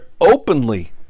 openly